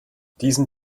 diesen